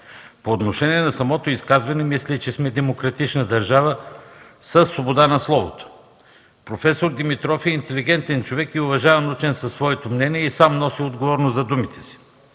По отношение на самото изказване мисля, че сме демократична държава със свобода на словото. Професор Димитров е интелигентен човек и уважаван учен със свое мнение и сам носи отговорност за думите си.